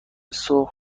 سرخ